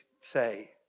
say